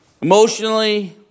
emotionally